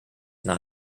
not